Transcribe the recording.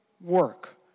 work